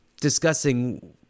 discussing